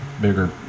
bigger